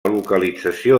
localització